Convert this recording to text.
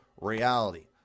reality